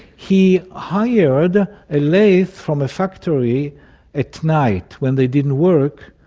he hired a lathe from a factory at night when they didn't work,